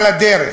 על הדרך.